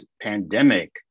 pandemic